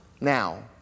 Now